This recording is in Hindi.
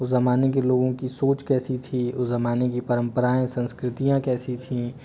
उस ज़माने के लोगों की सोच कैसी थीं उस ज़माने की परंपराएं संस्कृतियाँ कैसी थीं